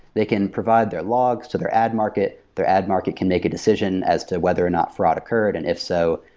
they can provide their logs to their ad market, their ad market can make a decision as to whether or not fraud occurred. and if so,